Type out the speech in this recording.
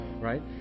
Right